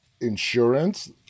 insurance